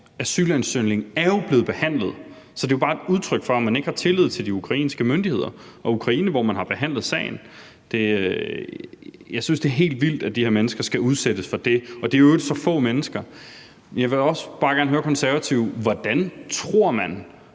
asylansøgning er jo blevet behandlet, så det er bare et udtryk for, at man ikke har tillid til de ukrainske myndigheder og Ukraine, hvor man har behandlet sagen. Jeg synes, det er helt vildt, at de her mennesker skal udsættes for det, og det drejer sig i øvrigt om så få mennesker. Jeg vil også bare gerne høre Konservative: Hvordan tror man